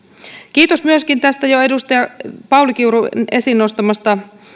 kiitos myöskin tästä jo edustaja pauli kiurun esiin nostamasta